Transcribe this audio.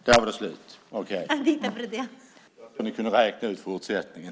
Där tog min talartid slut. Ni kan säkert räkna ut fortsättningen.